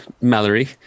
Mallory